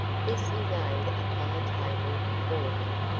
this he laid upon the table before him,